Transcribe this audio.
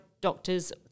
doctors